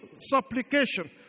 supplication